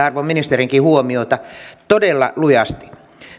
arvon ministerinkin pitäisi kiinnittää huomiota todella lujasti